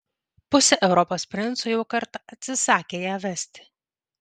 pusė europos princų jau kartą atsisakė ją vesti